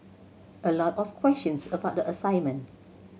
a lot of questions about the assignment